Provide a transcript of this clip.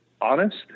honest